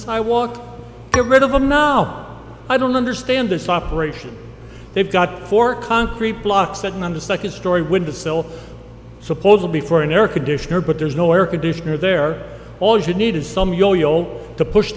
sidewalk to rid of them now i don't understand this operation they've got four concrete block setting on the second story window sill supposedly for an air conditioner but there's no air conditioner there all you need is some yoyo to push